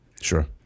Sure